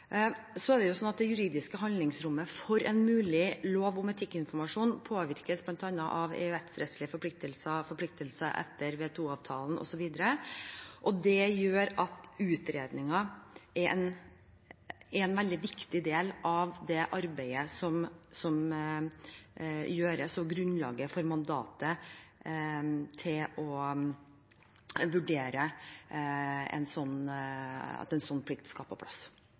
juridiske handlingsrommet for en mulig lov om etikkinformasjon påvirkes bl.a. av EØS-rettslige forpliktelser, forpliktelser etter WTO-avtalen osv. Det gjør at utredningen er en veldig viktig del av det arbeidet som gjøres, og at den er grunnlaget for mandatet til å vurdere hvorvidt en slik plikt skal på plass.